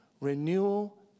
Renewal